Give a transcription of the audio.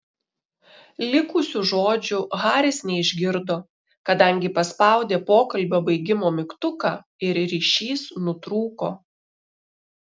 likusių žodžių haris neišgirdo kadangi paspaudė pokalbio baigimo mygtuką ir ryšys nutrūko